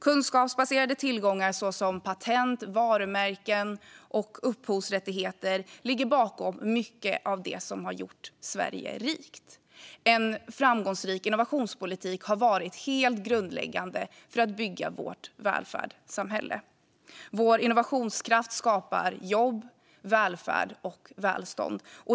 Kunskapsbaserade tillgångar såsom patent, varumärken och upphovsrättigheter ligger bakom mycket av det som har gjort Sverige rikt. En framgångsrik innovationspolitik har varit helt grundläggande för att bygga vårt välfärdssamhälle. Vår innovationskraft skapar jobb, tillväxt och välstånd.